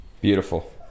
Beautiful